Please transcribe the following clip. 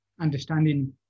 understanding